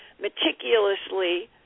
meticulously